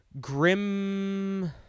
grim